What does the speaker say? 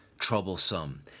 troublesome